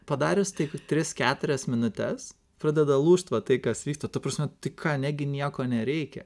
padarius tai tik tris keturias minutes pradeda lūžt va tai kas vyksta ta prasme tai ką negi nieko nereikia